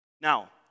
Now